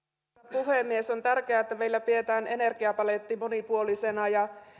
puhemies on tärkeää että meillä pidetään energiapaletti monipuolisena ja